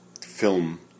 film